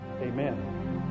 Amen